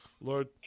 Lord